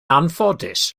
anffodus